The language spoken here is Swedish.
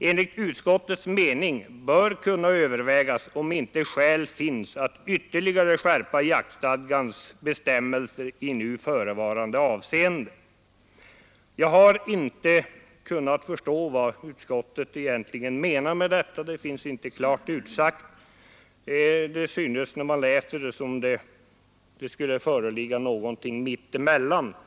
Enligt utskottets mening bör kunna övervägas om inte skäl finns att ytterligare skärpa jaktstadgans bestämmelser i nu förevarande avseende.” Jag har inte kunnat förstå vad utskottet egentligen menar med detta — det finns inte klart utsagt. Det synes, när man läser detta, som om det så att säga skulle ligga mitt emellan.